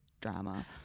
drama